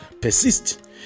Persist